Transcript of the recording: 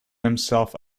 himself